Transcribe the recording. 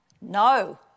No